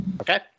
Okay